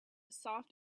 soft